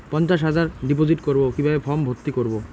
পঞ্চাশ হাজার ডিপোজিট করবো কিভাবে ফর্ম ভর্তি করবো?